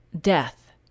death